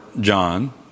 John